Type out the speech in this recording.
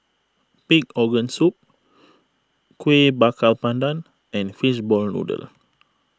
Pig Organ Soup Kuih Bakar Pandan and Fishball Noodle